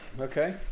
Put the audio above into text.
okay